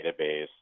database